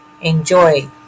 enjoy